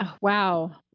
Wow